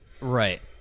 Right